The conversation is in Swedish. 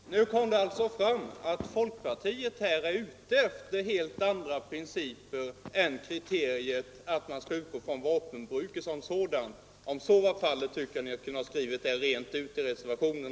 Fru talman! Nu kom det alltså fram att folkpartiet är ute efter helt andra principer än kriteriet att man skall utgå från vapenbruket som sådant. När så är fallet tycker jag att ni kunde ha skrivit det rent ut i reservationen.